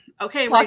Okay